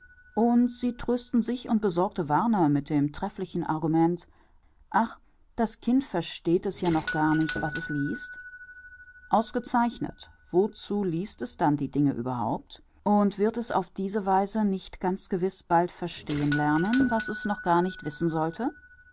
und sie trösten sich und besorgte warner mit dem trefflichen argument ach das kind versteht es ja noch gar nicht was es liest ausgezeichnet wozu liest es dann die dinge überhaupt und wird es auf diese weise nicht ganz gewiß bald verstehen lernen was es noch gar nicht wissen sollte